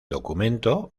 documento